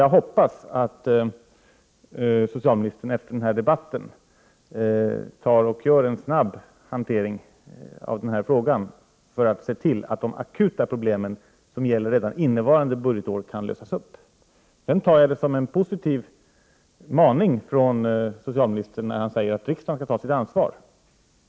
Jag hoppas att socialministern efter denna debatt agerar snabbt i denna fråga för att se till att de akuta problemen under innevarande budgetår kan lösas. Jag uppfattar det vidare som en positiv maning från socialministern när han säger att riksdagen skall ta sitt ansvar.